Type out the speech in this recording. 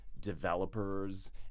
developers